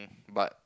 but